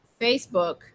Facebook